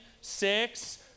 six